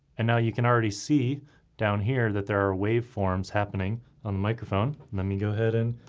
and now you can already see down here that there are wave forms happening on the microphone. let me go ahead and